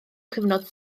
cyfnod